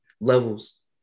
levels